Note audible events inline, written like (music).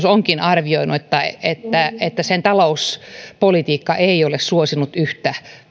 (unintelligible) onkin arvioinut että että sen talouspolitiikka ei ole suosinut yhtä